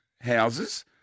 houses